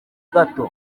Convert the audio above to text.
gato